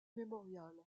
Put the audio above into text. memorial